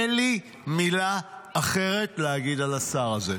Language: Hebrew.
אין לי מילה אחרת להגיד על השר הזה.